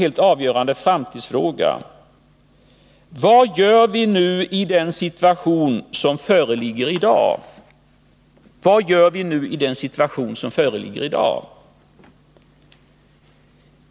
Det gäller Landskrona, och det är en helt avgörande framtidsfråga: Vad gör vi i den situation som föreligger i dag?